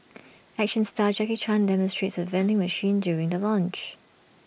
action star Jackie chan demonstrates the vending machine during the launch